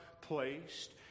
placed